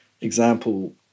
example